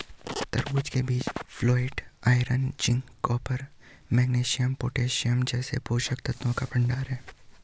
तरबूज के बीज folate, iron, zinc, copper, magnesium, potassium जैसे पोषक तत्वों का भंडार है